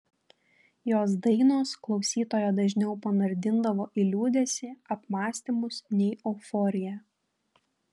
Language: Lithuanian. jos dainos klausytoją dažniau panardindavo į liūdesį apmąstymus nei euforiją